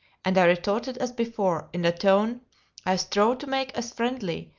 and i retorted as before, in a tone i strove to make as friendly,